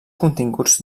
continguts